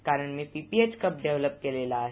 कारण मी PPH cup develop केलेलं आहे